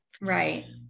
Right